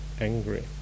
angry